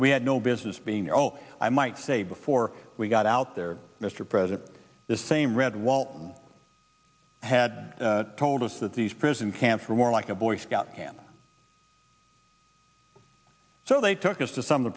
we had no business being oh i might say before we got out there mr president the same red wall had told us that these prison camps were more like a boy scout camp so they took us to some